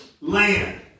land